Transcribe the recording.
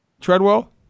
Treadwell